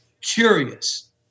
Curious